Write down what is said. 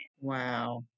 wow